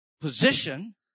position